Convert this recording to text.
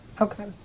Okay